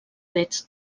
fets